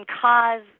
cause